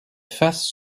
faces